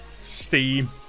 steam